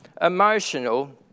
emotional